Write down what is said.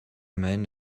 man